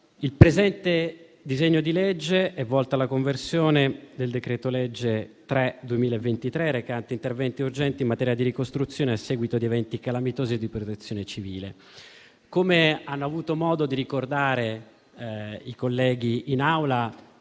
il presente disegno di legge è volto alla conversione del decreto-legge n. 3 del 2023, recante interventi urgenti in materia di ricostruzione a seguito di eventi calamitosi e di protezione civile. Come hanno avuto modo di ricordare i colleghi in Aula,